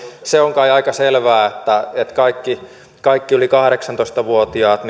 se kai on aika selvää että kaikki kaikki yli kahdeksantoista vuotiaat